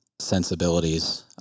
sensibilities